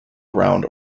around